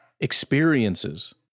experiences